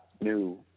new